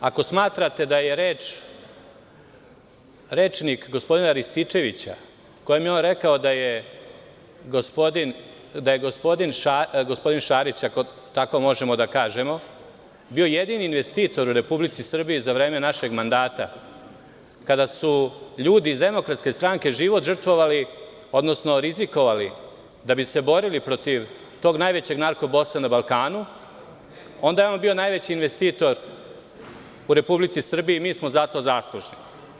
Ako smatrate da je rečnik gospodina Rističevića, kojim je on rekao da je gospodin Šarić, ako tako možemo da kažemo, bio jedini investitor u Republici Srbiji za vreme našeg mandata, kada su ljudi iz DS, život žrtvovali, rizikovali da bi se borili tog najvećeg narko-bosa na Balkanu, onda je on bio najveći investitor u Republici Srbiji i mi smo zato zaslužni.